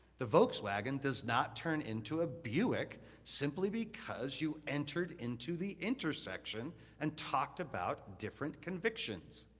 the volkswagen does not turn into a buick simply because you entered into the intersection and talked about different convictions.